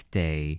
day